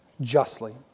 justly